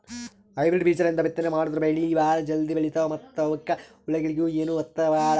hybrid ಬೀಜಾಲಿಂದ ಬಿತ್ತನೆ ಮಾಡದ್ರ್ ಬೆಳಿ ಭಾಳ್ ಜಲ್ದಿ ಬೆಳೀತಾವ ಮತ್ತ್ ಅವಕ್ಕ್ ಹುಳಗಿಳ ಏನೂ ಹತ್ತಲ್ ಭಾಳ್